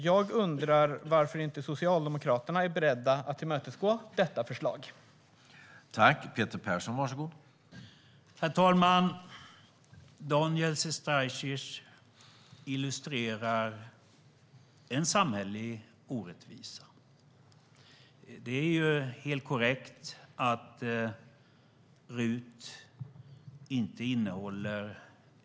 Jag undrar varför Socialdemokraterna inte är beredda att tillmötesgå detta förslag.